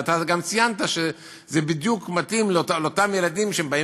ואתה גם ציינת שזה בדיוק מתאים לאותם ילדים שבאים